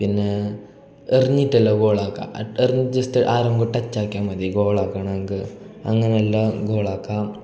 പിന്നേ എറിഞ്ഞിട്ടല്ല ഗോളാക്കുക അ എർന്ന് ജസ്റ്റ് ആരെങ്കിലും ഒന്നു ടച്ചാക്കിയാൽ മതി ഗോളാക്കണമെങ്കിൽ അങ്ങനെയെല്ലാം ഗോളാക്കാം